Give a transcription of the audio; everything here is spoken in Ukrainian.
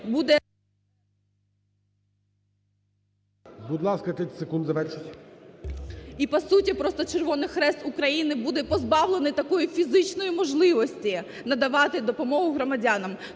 І, по суті, просто Червоний Хрест України буде позбавлений такої фізичної можливості надавати допомогу громадянам.